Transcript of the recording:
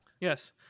Yes